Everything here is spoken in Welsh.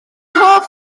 hoff